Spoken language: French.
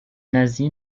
nazie